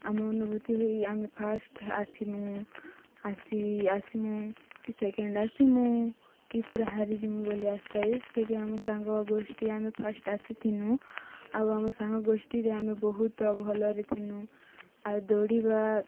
ଆମ ଅନୁଭୂତି ହୋଇ ଆମେ ଫାର୍ଷ୍ଟ ଆସିମୁ ଆସି ଆସିମୁ କି ସେକେଣ୍ଡ ଆସିମୁ କି ପୁରା ହାରିଛି ମୁଁ ବୋଲି ଆସିଥାଏ ସେତେ ବି ଆମ ସାଙ୍ଗ ଗୋଷ୍ଠୀ ଆମେ ଫାର୍ଷ୍ଟ ଆସିଥିନୁ ଆଉ ଆମ ସାଙ୍ଗ ଗୋଷ୍ଠୀରେ ଆମେ ବହୁତ ଭଲରେ ନୁ ଆଉ ଦୌଡ଼ିବା